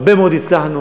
הרבה מאוד הצלחנו,